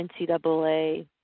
NCAA